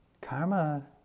Karma